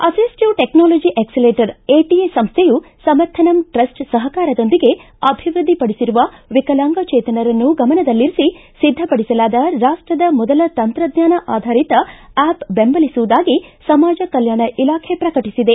active technology accelerator ATA ಸಂಸ್ಥೆಯು Samarthanam trust ಸಹಕಾರದೊಂದಿಗೆ ಅಭಿವೃದ್ಧಿಪಡಿಸಿರುವ ವಿಕಲಾಂಗಚೇತನರನ್ನು ಗಮನದಲ್ಲಿರಿಸಿ ಸಿದ್ದಪಡಿಸಲಾದ ರಾಷ್ಟದ ಮೊದಲ ತಂತ್ರಜ್ಞಾನ ಆಧಾರಿತ ಆಪ್ ಬೆಂಬಲಿಸುವುದಾಗಿ ಸಮಾಜ ಕಲ್ಯಾಣ ಇಲಾಖೆ ಪ್ರಕಟಿಸಿದೆ